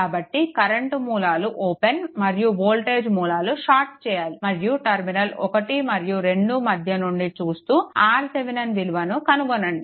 కాబట్టి కరెంట్ మూలాలు ఓపెన్ మరియు వోల్టేజ్ మూలాలు షార్ట్ చేయాలి మరియు టర్మినల్ 1 మరియు 2 మధ్య నుండి చూస్తూ RThevenin విలువను కనుగొనండి